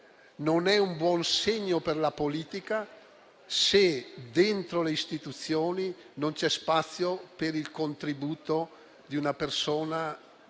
non è un buon segno per la politica se, dentro le istituzioni, non c'è spazio per il contributo di una persona come